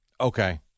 Okay